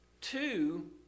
two